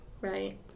Right